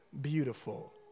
beautiful